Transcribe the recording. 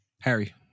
Harry